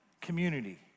community